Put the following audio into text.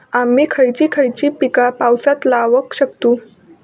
आम्ही खयची खयची पीका पावसात लावक शकतु?